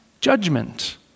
judgment